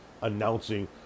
announcing